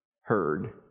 heard